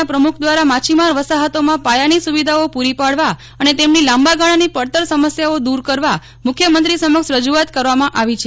ના પ્રમુખ દ્વારા માછીમાર વસાફતોમાં પાથાની સુવિધાઓ પૂરી પાડવા અને તેમની લાંબાગાળાની પડતર સમસ્યાઓ દૂર કરવા મુખ્યમંત્રી સમક્ષ રજૂઆત કરવામાં આવી છે